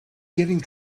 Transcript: getting